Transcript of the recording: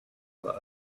were